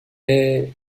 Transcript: est